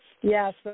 Yes